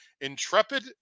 Intrepid